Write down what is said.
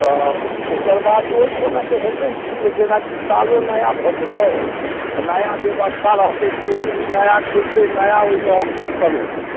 तऽ तकर बाद ओइ समयसँ हेतै कि जेनाकि सालो नया भऽ जेतै आओर नया व्यवस्था रहतै शेयर भी नया खुलतै नया ओइमे ऑफर सभ एतै